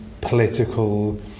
political